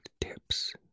tips